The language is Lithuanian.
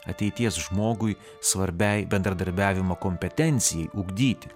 ateities žmogui svarbiai bendradarbiavimo kompetencijai ugdyti